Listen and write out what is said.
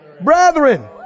brethren